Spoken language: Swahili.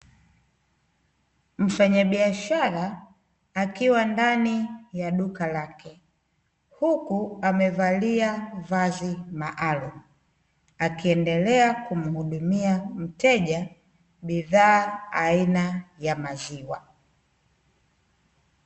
Mfanyabiashara akiwa ndani ya duka lake, huku amevalia vazi maalumu. Akiendelea kumhudumia mteja, bidhaa aina ya maziwa.